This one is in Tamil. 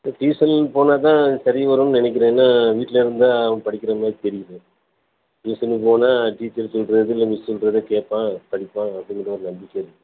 சார் டியூஷன் போனால் தான் சரி வரும்னு நினைக்கிறேன் ஏன்னா வீட்டில இருந்தால் அவன் படிக்கிறமாரி தெரியலை டியூஷனுக்கு போனால் டீச்சர் சொல்கிறது இல்லை மிஸ் சொல்கிறத கேட்பான் படிப்பான் அப்படிங்கிற ஒரு நம்பிக்கை இருக்குது